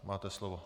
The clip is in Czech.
Máte slovo.